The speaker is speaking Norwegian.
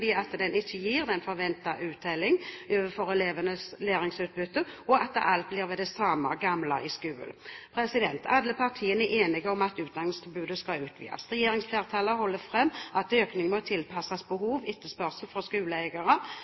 den ikke gir den forventede uttelling når det gjelder elevenes læringsutbytte, og at alt blir ved det samme gamle i skolen. Alle partiene er enige om at utdanningstilbudet skal utvides. Regjeringsflertallet holder fram at økningen må tilpasses behov, etterspørsel fra skoleeiere